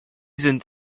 sind